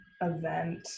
event